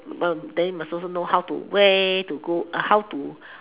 then you must also know where to go the way how to